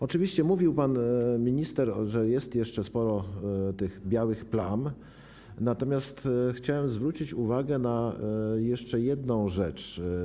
Oczywiście pan minister mówił, że jest jeszcze sporo tych białych plam, natomiast chciałem zwrócić uwagę na jeszcze jedną rzecz.